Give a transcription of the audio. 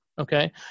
okay